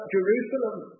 Jerusalem